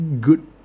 good